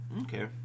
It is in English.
Okay